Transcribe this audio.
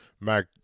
Mac